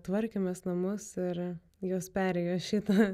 tvarkėmės namus ir jos perėjo šitą